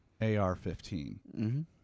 AR-15